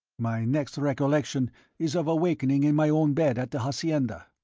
my next recollection is of awakening in my own bed at the hacienda.